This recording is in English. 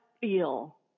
feel